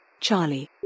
Charlie